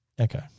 Okay